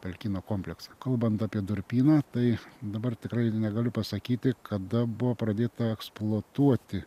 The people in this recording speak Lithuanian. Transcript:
pelkyno kompleksą kalbant apie durpyną tai dabar tikrai negaliu pasakyti kada buvo pradėta eksploatuoti